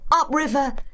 upriver